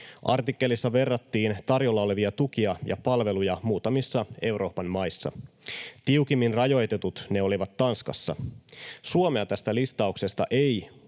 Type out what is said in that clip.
Artikkelissa verrattiin tarjolla olevia tukia ja palveluja muutamissa Euroopan maissa. Tiukimmin rajoitetut ne olivat Tanskassa. Suomea tässä listauksessa ei